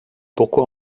pourquoi